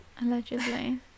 Allegedly